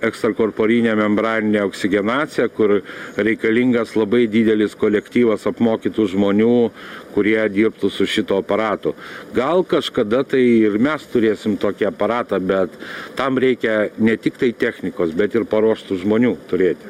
ekstrakorporinė membraninė oksigenacija kur reikalingas labai didelis kolektyvas apmokytų žmonių kurie dirbtų su šituo aparatu gal kažkada tai ir mes turėsim tokį aparatą bet tam reikia ne tiktai technikos bet ir paruoštų žmonių turėti